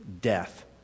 death